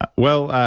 ah well,